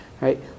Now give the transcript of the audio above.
right